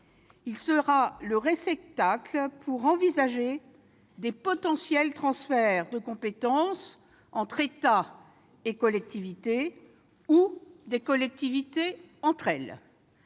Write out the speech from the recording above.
Il sera le réceptacle pour envisager de potentiels transferts de compétences entre l'État et les collectivités ou entre les collectivités elles-mêmes.